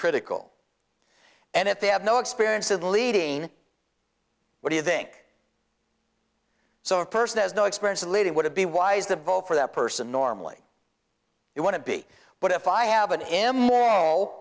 critical and if they have no experience in leading what do you think so a person has no experience of leading would it be wise to vote for that person normally you want to be but if i have an